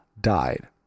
died